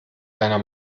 deiner